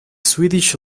swedish